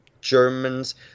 Germans